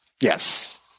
Yes